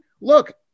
Look